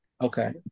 Okay